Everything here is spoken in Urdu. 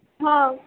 ہاں